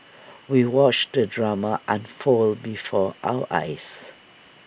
we watched the drama unfold before our eyes